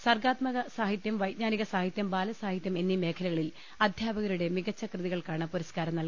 സർഗാത്മക സാഹിത്യം വൈജ്ഞാനിക സാഹിത്യം ബാലസാഹിത്യം എന്നീ മേഖലകളിൽ അധ്യാപകരുടെ മികച്ച കൃതികൾക്കാണ് പുരസ്കാരം നൽകുക